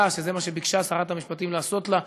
שזה מה שביקשה שרת המשפטים לעשות לה?